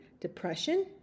depression